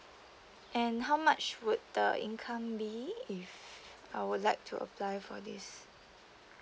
and how much would the income be if I would like to apply for this